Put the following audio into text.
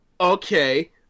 Okay